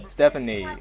Stephanie，